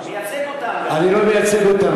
אני לא מייצג אותם,